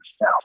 now